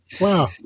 wow